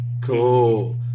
Cool